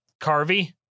Carvey